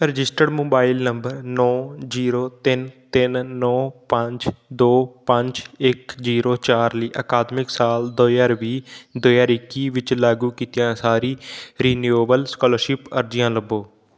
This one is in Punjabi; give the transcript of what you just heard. ਰਜਿਸਟਰਡ ਮੋਬਾਈਲ ਨੰਬਰ ਨੌ ਜੀਰੋ ਤਿੰਨ ਤਿੰਨ ਨੌ ਪੰਜ ਦੋ ਪੰਜ ਇੱਕ ਜੀਰੋ ਚਾਰ ਲਈ ਅਕਾਦਮਿਕ ਸਾਲ ਦੋ ਹਜ਼ਾਰ ਵੀਹ ਦੋ ਹਜ਼ਾਰ ਇੱਕੀ ਵਿੱਚ ਲਾਗੂ ਕੀਤੀਆਂ ਸਾਰੀ ਰੀਨਿਊਵਲ ਸਕੋਲਰਸ਼ਿਪ ਅਰਜ਼ੀਆਂ ਲੱਭੋ